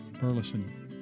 Burleson